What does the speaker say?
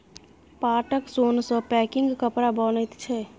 पाटक सोन सँ पैकिंग कपड़ा बनैत छै